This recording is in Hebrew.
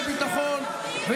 בטח גיבורים,